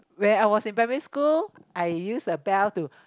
where I was in primary school I use the bell to